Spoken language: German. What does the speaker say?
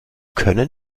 können